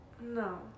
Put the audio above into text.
No